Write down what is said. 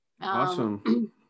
awesome